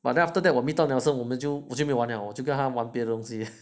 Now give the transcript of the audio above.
but then after that 我 meet 到 nelson 了我们就我没玩了我就跟他玩别东西